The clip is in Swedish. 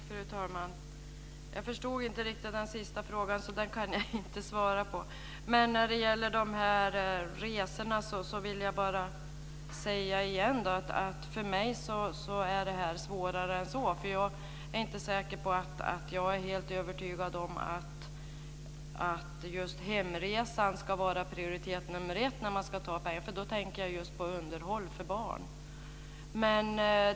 Fru talman! Jag förstod inte riktigt den sista frågan, så den kan jag inte svara på. Men när det gäller resorna vill jag återigen säga att frågan är svårare än så för mig. Jag är inte säker på att jag är helt övertygad om att just hemresan ska vara prioritering nr 1 när man ska ta pengar. Då tänker jag just på underhåll för barn.